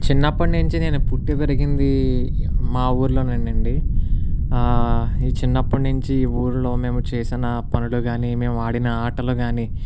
చిన్నప్పటి నుంచి నేను పుట్టి పెరిగింది మా ఊరులోనేనండి చిన్నప్పటి నుంచి ఈ ఊరిలో మేము చేసిన పనులు కానీ మేము ఆడిన ఆటలు కానీ